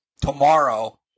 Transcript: tomorrow